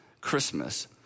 Christmas